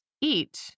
eat